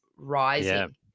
Rising